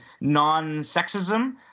non-sexism